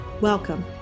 Welcome